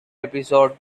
episode